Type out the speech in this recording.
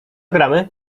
gramy